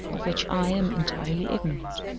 of which i am entirely ignorant?